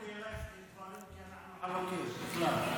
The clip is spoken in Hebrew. אני לא הפניתי אלייך דברים כי אנחנו חלוקים, בכלל.